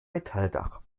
metalldach